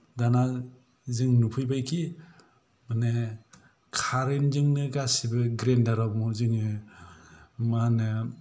दाना जों नुफैबाय खि माने कारेन्त जोंनो गासैबो ग्रेन्दार आवनो जोङो मा होनो